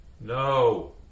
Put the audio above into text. No